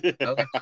Okay